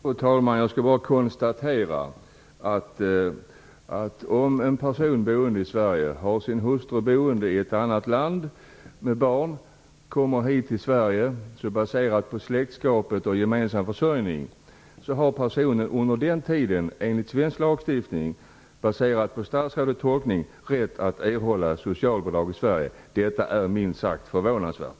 Fru talman! Jag konstaterar bara att om en som är boende i Sverige har sin hustru boende i ett annat land och hustrun med barn kommer till Sverige baserat på släktskap och gemensam försörjning, har den här personen under tiden enligt svensk lagstiftning - detta baserat på statsrådets tolkning - rätt att erhålla socialbidrag i Sverige. Detta är minst sagt förvånansvärt!